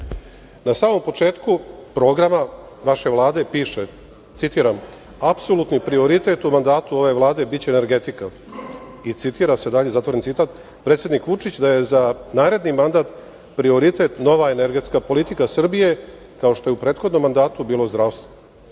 Na samom početku programa vaše Vlade piše, citiram apsolutni prioritet u mandatu ove Vlade biće energetika. Dalje se citira - predsednik Vučić da je za naredni mandat prioritet nova energetska politika Srbije, kao što je u prethodnom mandatu bilo zdravstvo